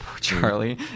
Charlie